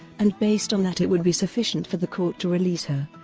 and based on that it would be sufficient for the court to release her,